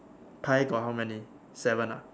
pie got how many seven ah